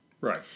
Right